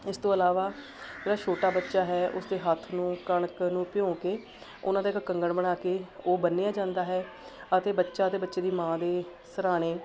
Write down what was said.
ਇਸ ਤੋਂ ਇਲਾਵਾ ਜਿਹੜਾ ਛੋਟਾ ਬੱਚਾ ਹੈ ਉਸਦੇ ਹੱਥ ਨੂੰ ਕਣਕ ਨੂੰ ਭਿਓਂ ਕੇ ਉਹਨਾਂ ਦਾ ਇੱਕ ਕੰਗਣ ਬਣਾ ਕੇ ਉਹ ਬੰਨਿਆ ਜਾਂਦਾ ਹੈ ਅਤੇ ਬੱਚਾ ਅਤੇ ਬੱਚੇ ਦੀ ਮਾਂ ਦੇ ਸਰਾਣੇ